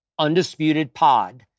UndisputedPod